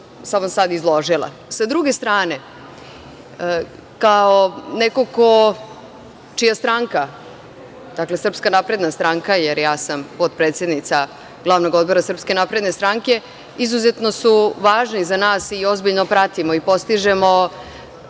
sam vam sad izložila. Sa druge strane, kao neko čija stranka, dakle SNS, jer ja sam potpredsednica GO Srpske napredne stranke, izuzetno su važni za nas i ozbiljno pratimo i postižemo